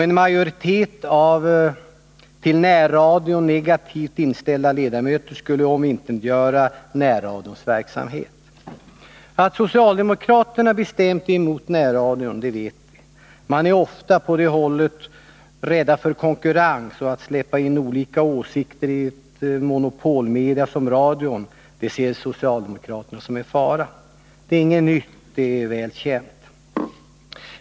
En majoritet av Att socialdemokraterna bestämt är emot närradion vet vi. Man är på det 18 november 1980 hållet ofta rädd för konkurrens, och att släppa in olika åsikter i ett monopolmedium som radion ser socialdemokraterna som en fara. Det är inget nytt — det är välkänt.